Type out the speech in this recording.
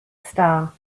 star